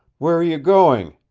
where are you going?